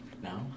No